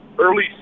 early